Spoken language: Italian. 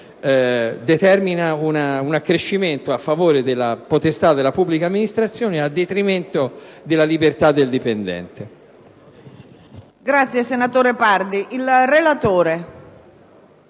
determina un accrescimento a favore della potestà della pubblica amministrazione a detrimento della libertà del dipendente.